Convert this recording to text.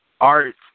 art